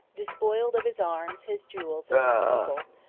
despoiled of his arms, his jewels, and his purple,